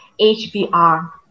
HBR